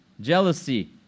jealousy